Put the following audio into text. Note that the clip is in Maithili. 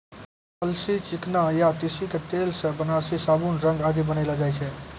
अलसी, चिकना या तीसी के तेल सॅ वार्निस, साबुन, रंग आदि बनैलो जाय छै